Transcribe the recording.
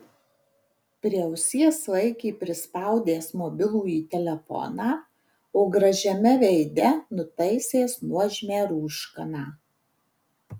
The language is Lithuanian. prie ausies laikė prispaudęs mobilųjį telefoną o gražiame veide nutaisęs nuožmią rūškaną